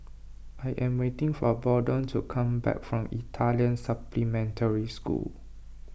I am waiting for Bolden to come back from Italian Supplementary School